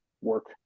work